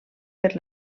per